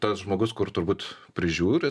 tas žmogus kur turbūt prižiūri